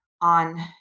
on